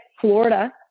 Florida